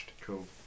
Cool